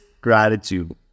gratitude